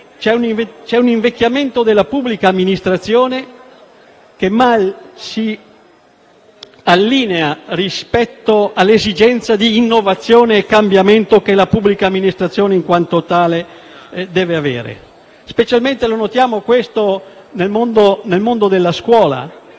c'è un invecchiamento della pubblica amministrazione che mal si allinea con l'esigenza di innovazione e cambiamento che la pubblica amministrazione in quanto tale deve avere. Notiamo questo specialmente nel mondo della scuola,